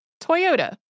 Toyota